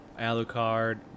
alucard